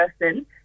person